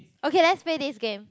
okay let's play this game